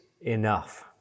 enough